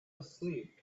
asleep